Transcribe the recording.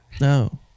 no